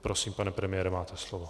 Prosím, pane premiére, máte slovo.